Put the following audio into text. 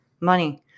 money